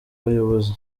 bayobozi